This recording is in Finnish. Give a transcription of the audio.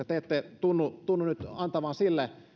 te ette tunnu tunnu nyt antavan